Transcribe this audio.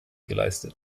geleistet